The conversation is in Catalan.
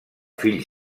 fill